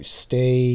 stay